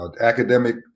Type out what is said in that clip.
academic